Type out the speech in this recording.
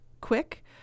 Quick